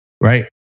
right